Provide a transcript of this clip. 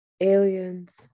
aliens